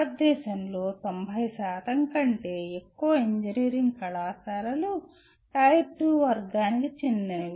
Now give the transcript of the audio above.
భారతదేశంలో 90 కంటే ఎక్కువ ఇంజనీరింగ్ కళాశాలలు టైర్ 2 వర్గానికి చెందినవి